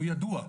הוא ידוע.